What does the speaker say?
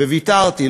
וויתרתי,